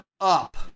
up